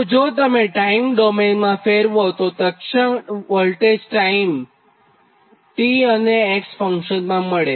તો જો તમે ટાઇમ ડોમેઇનમાં ફેરવોતો તત્ક્ષણ વોલ્ટેજ ટાઇમ t અને x નાં ફંક્શન તરીકે મળે